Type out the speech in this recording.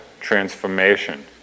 transformation